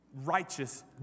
righteous